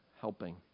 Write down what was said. helping